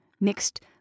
mixed